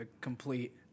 complete